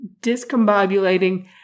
discombobulating